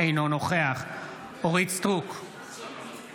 אינו נוכח אורית מלכה סטרוק,